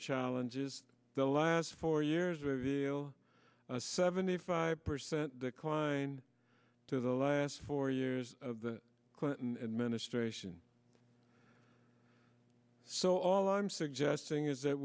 challenges the last four years reveal a seventy five percent decline to the last four years of the clinton administration so all i'm suggesting is that